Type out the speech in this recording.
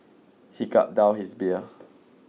he gulped down his beer